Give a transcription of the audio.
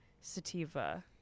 sativa